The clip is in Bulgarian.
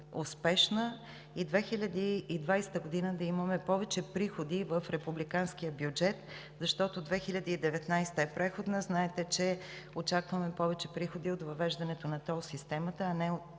успешна и 2020 г. да имаме повече приходи в републиканския бюджет, защото 2019 г. е преходна. Знаете, че очакваме повече приходи от въвеждането на тол системата, а не от